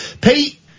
Pete